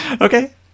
Okay